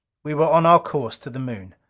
we were on our course to the moon.